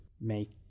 make